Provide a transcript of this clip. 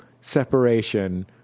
separation